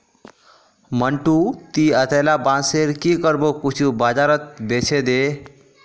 मंटू, ती अतेला बांसेर की करबो कुछू बाजारत बेछे दे